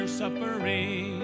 suffering